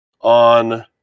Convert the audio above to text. on